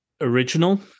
original